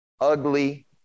ugly